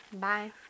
Bye